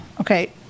okay